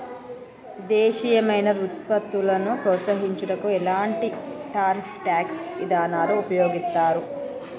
దేశీయమైన వృత్పత్తులను ప్రోత్సహించుటకు ఎలాంటి టారిఫ్ ట్యాక్స్ ఇదానాలు ఉపయోగిత్తారు